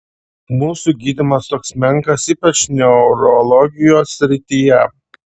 mūsų gydymas toks menkas ypač neurologijos srityje